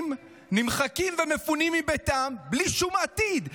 נמחקים ומפונים מביתם בלי שום עתיד?